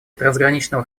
трансграничного